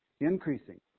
increasing